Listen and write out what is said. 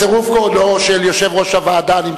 בצירוף קולו של יושב-ראש הוועדה דוד רותם,